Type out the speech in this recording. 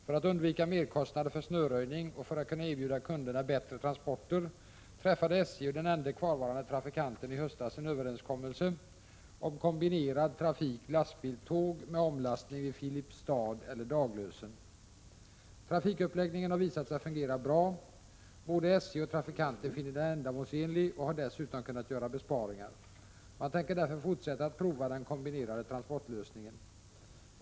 För att undvika merkostnader för snöröjning och för att kunna erbjuda kunderna bättre transporter träffade SJ och den ende kvarvarande trafikanten i höstas en överenskommelse om kombinerad trafik lastbil-tåg med omlastning vid Filipstad eller Daglösen. Trafikuppläggningen har visat sig fungera bra. Både SJ och trafikanten finner den ändamålsenlig och har dessutom kunnat göra besparingar. Man tänker därför fortsätta att prova den kombinerade transportlösningen.